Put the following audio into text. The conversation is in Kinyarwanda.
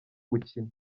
gukina